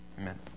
amen